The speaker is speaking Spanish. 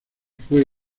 fue